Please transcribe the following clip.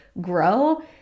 grow